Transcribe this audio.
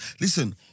Listen